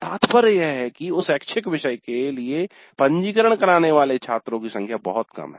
तात्पर्य यह है कि उस ऐच्छिक विषय के लिए पंजीकरण कराने वाले छात्रों की संख्या बहुत कम है